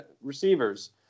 receivers